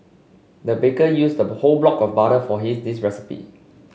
the baker used whole block of butter for this recipe